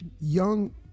young